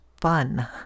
fun